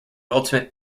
ultimate